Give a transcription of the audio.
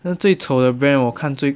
那最丑的 brand 我看最